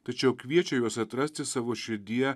tačiau kviečia juos atrasti savo širdyje